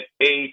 eight